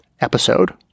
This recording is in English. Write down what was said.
episode